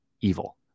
evil